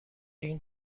این